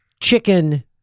chicken